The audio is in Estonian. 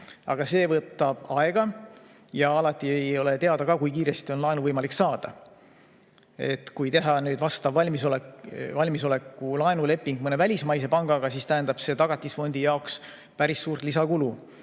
Aga see võtab aega ja alati ei ole teada, kui kiiresti on laenu võimalik saada. Kui teha vastav valmisoleku laenuleping mõne välismaise pangaga, siis tähendab see Tagatisfondi jaoks päris suurt lisakulu.